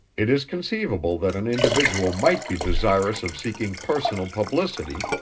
it is conceivable that an individual might be desirous of seeking personal publicity,